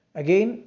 again